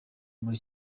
muri